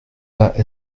pas